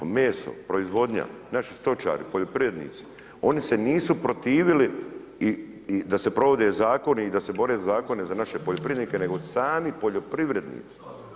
A meso, proizvodnja, naši stočari, poljoprivrednici, oni se nisu protivili i da se provode zakoni i da se bore za zakone za naše poljoprivrednike nego sami poljoprivrednici.